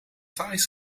thais